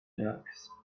ducks